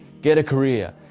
get a career.